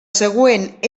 següent